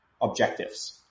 objectives